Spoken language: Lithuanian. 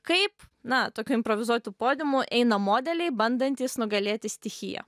kaip na tokiu improvizuotu podiumu eina modeliai bandantys nugalėti stichiją